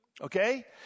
okay